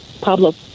Pablo